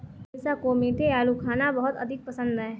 अमीषा को मीठे आलू खाना बहुत अधिक पसंद है